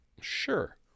Sure